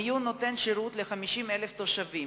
חדר המיון נותן שירות ל-50,000 תושבים.